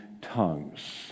tongues